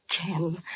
Ken